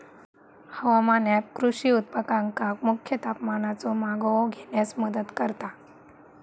हवामान ऍप कृषी उत्पादकांका मुख्य तापमानाचो मागोवो घेण्यास मदत करता